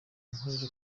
nkorera